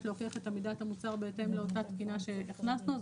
להוכיח את עמידת המוצר בהתאם לאותה תקינה שהכנסנו,